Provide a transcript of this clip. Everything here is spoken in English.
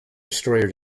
destroyer